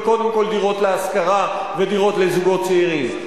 וקודם כול דירות להשכרה ודירות לזוגות צעירים,